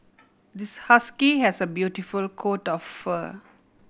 this husky has a beautiful coat of fur